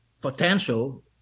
potential